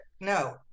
no